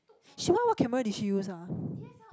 she what what camera did she use ah